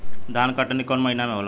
धान के कटनी कौन महीना में होला?